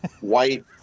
white